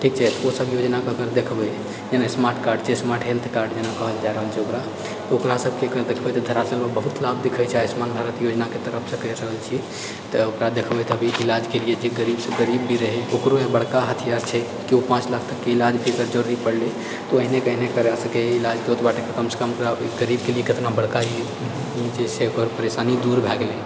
ठीक छै ओ सब योजनाकऽ अगर देखबै जेना स्मार्ट कार्ड छै स्मार्ट हेल्थ कार्ड जेना कहल जाए रहल छै ओकरा तऽ ओकरा सबके अगर देखबै तऽ धरातल पर बहुत लाभ देखाइ छै आयुष्मान भारत योजनाके तरफ सऽ कैर रहल छियै तऽ ओकरा देखबै तऽ अभी इलाजके लिए जे गरीब से गरीब भी रहै ओकरो बड़का हथियार छै कि ओ पाँच लाख तकके इलाजके अगर जरूरी पड़लै तऽ ओहिने के ओहिने करा सकैए इलाज तऽ ओतबाके कमसऽ कम ओकरा अभी गरीबके लिए केतना बड़का ई जे छै ओकर परेशानी दूर भए गेलै